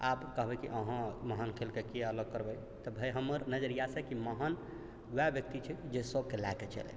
आब कहबै कि अहाँ महान खेल किए अलग करबै तऽ भाइ हमर नजरियासँ तऽ महान वएह व्यक्ति छै जे सभके लैकऽ चलै